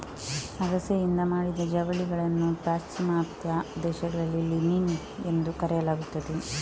ಅಗಸೆಯಿಂದ ಮಾಡಿದ ಜವಳಿಗಳನ್ನು ಪಾಶ್ಚಿಮಾತ್ಯ ದೇಶಗಳಲ್ಲಿ ಲಿನಿನ್ ಎಂದು ಕರೆಯಲಾಗುತ್ತದೆ